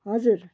हजुर